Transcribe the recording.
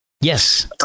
Yes